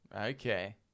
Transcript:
Okay